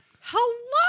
hello